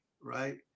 right